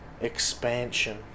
expansion